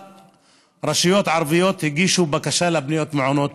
רשויות ערביות הגישו בקשה לבניית מעונות